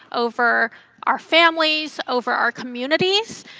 over our families, over our communities,